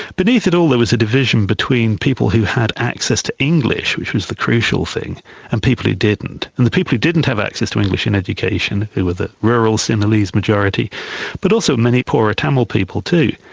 beneath it all there was a division between people who had access to english, which was the crucial thing, and the people who didn't. and the people who didn't have access to english and education who were the rural sinhalese majority but also many poorer tamil people too,